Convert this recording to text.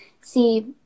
see